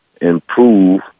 improve